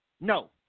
No